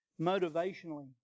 motivationally